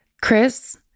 Chris